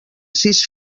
sis